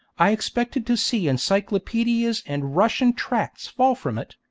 i expected to see encyclopaedias and russian tracts fall from it,